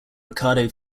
ricardo